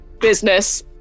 business